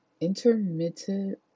intermittent